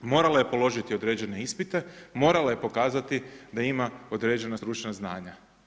Morala je položiti određene ispite, morala je pokazati da ima određena stručna znanja.